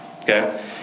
Okay